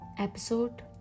Episode